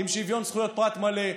עם שוויון זכויות פרט מלא,